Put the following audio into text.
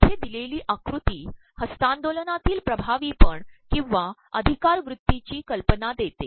येर्े द्रदलेली आकृती हस्त्तांदोलनातील िभावीपण ककंवा आचधकारवत्तृ ीची कल्पना देते